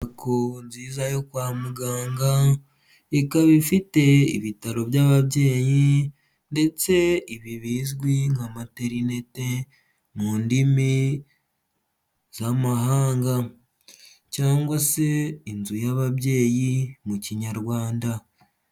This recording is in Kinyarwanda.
Inyubako nziza yo kwa muganga ikaba ifite ibitaro by'ababyeyi ndetse ibi bizwi nka materinete mu ndimi z'amahanga cyangwa se inzu y'ababyeyi mu kinyarwanda.